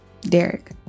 Derek